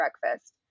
breakfast